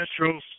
Astros